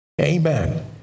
Amen